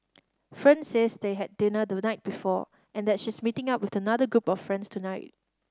friend says they had dinner the night before and that she's meeting up with another group of friends tonight